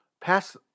pass